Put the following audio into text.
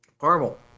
Caramel